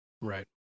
Right